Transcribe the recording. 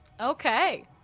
Okay